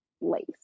lace